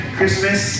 Christmas